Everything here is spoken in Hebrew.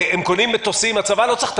הם קונים מטוסים הצבא לא צריך את